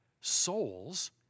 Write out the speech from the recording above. souls